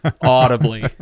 audibly